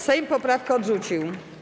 Sejm poprawkę odrzucił.